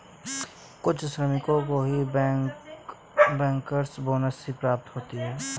कुछ श्रमिकों को ही बैंकर्स बोनस की प्राप्ति होगी